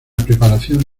preparación